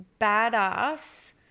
badass